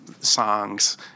songs